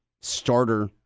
starter